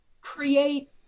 create